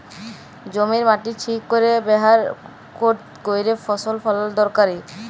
জমির মাটির ঠিক ব্যাভার ক্যইরে ফসল ফলাল দরকারি